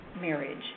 marriage